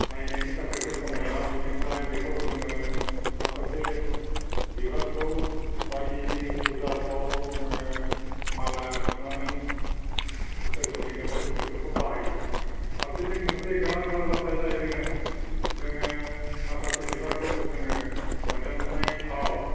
नायनायनि थाखायबो समायना बेनिफ्राय बेखौ जोङो माखासे बिबारखौ बायदि फुजाफ्राव जोङो माला सुनानै इसोर सिबिनायावबो जों बेफोरखौ बाहायो फारसेथिं मोनसे गोनांथार बाथ्राया जाहैदोङो जोङो माखासे बिबारखौ जोङो मोदोमनाय थाव